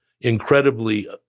incredibly